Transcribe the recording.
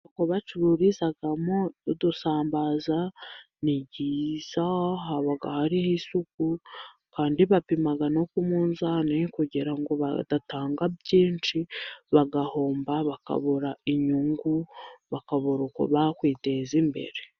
Aho bacururizamo udusambaza, ni heza, haba hari n'isuku, kandi bapima no ku munzani kugira ngo badatanga byinshi bagahomba, bakabura inyungu, bakabura uko bakwiteza imbere.